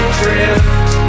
drift